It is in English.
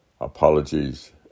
Apologies